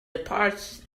departs